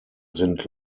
sind